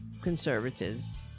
conservatives